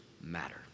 matter